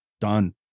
done